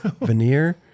veneer